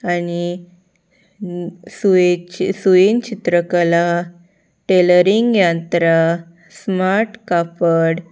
आनी सुयची सुयेन चित्रकला टेलरिंग यंत्रा स्मार्ट कापड